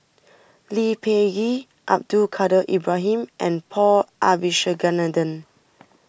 Lee Peh Gee Abdul Kadir Ibrahim and Paul Abisheganaden